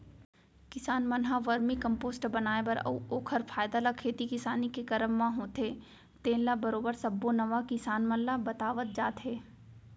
किसान मन ह वरमी कम्पोस्ट बनाए बर अउ ओखर फायदा ल खेती किसानी के करब म होथे तेन ल बरोबर सब्बो नवा किसान मन ल बतावत जात हे